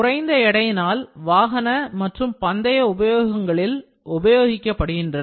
குறைந்த எடையினால் வாகன மற்றும் பந்தய உபயோகங்களில் உபயோகிக்கப்படுகின்றன